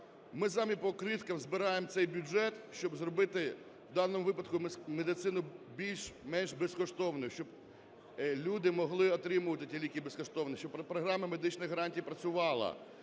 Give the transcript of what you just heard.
Ми самі по крихтах збираємо цей бюджет, щоб зробити в даному випадку медицину більш-менш безкоштовною, щоб люди могли отримувати ті ліки безкоштовно, щоб Програма медичних гарантій працювала.